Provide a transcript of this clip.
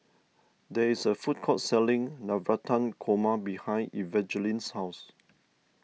there is a food court selling Navratan Korma behind Evangeline's house